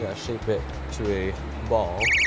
yeah shape it to a ball.